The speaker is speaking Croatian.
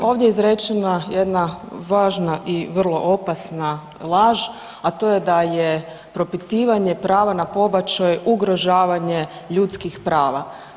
Ovdje je izrečena jedna važna i vrlo opasna laž, a to je da je propitivanje prava na pobačaj ugrožavanje ljudskih prava.